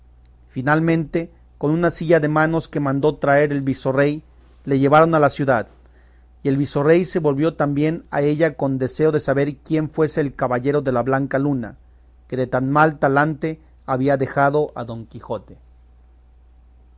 finalmente con una silla de manos que mandó traer el visorrey le llevaron a la ciudad y el visorrey se volvió también a ella con deseo de saber quién fuese el caballero de la blanca luna que de tan mal talante había dejado a don quijote